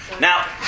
Now